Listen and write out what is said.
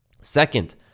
Second